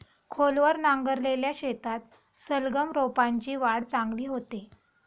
खोलवर नांगरलेल्या शेतात सलगम रोपांची वाढ चांगली होते